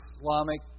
Islamic